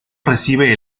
recibe